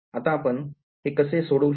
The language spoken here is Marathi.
आता आपण हे कसे सोडवू शकतो